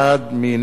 מי נגד?